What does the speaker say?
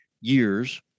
years